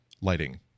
lighting